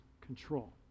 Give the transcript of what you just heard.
control